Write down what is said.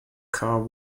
car